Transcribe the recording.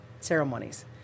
ceremonies